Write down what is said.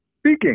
Speaking